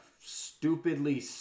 stupidly